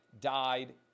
died